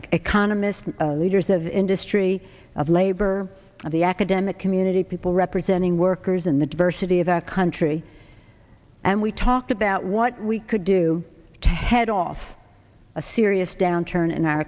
economist leaders of industry of labor the academic community people representing workers in the diversity of our country and we talked about what we could do to head off a serious downturn in our